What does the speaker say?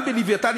גם ב"לווייתן",